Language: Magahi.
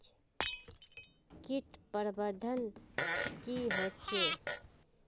किट प्रबन्धन की होचे?